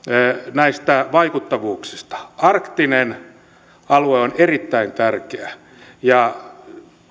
näistä vaikuttavuuksista arktinen alue on erittäin tärkeä ja